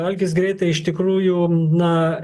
algis greitai iš tikrųjų na